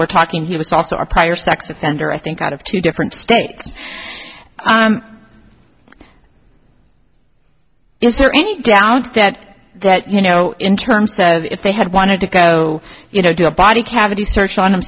we're talking he was also a prior sex offender i think out of two different states is there any down to that you know in terms so if they had wanted to go you know do a body cavity search on them